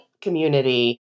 community